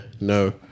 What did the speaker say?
no